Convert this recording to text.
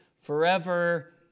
forever